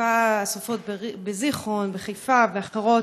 השרפות בזיכרון, בחיפה ואחרות,